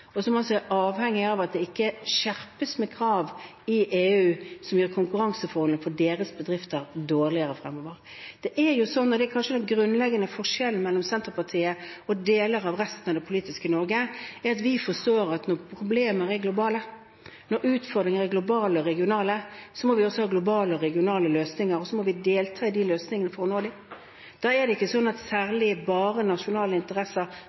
og som er avhengig av at det ikke blir skjerpede krav i EU som gjør deres bedrifters konkurransefordeler mindre fremover. Noe som kanskje er en grunnleggende forskjell mellom Senterpartiet og deler av resten av det politiske Norge, er at vi forstår at når problemer og utfordringer er globale eller regionale, må vi også ha globale og regionale løsninger, og vi må delta i løsningene. Da er det ikke slik at det som er særlige nasjonale interesser